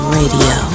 radio